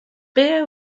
beer